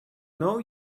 know